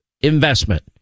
investment